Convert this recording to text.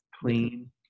Clean